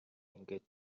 ингээд